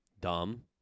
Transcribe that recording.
Dumb